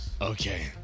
Okay